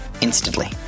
instantly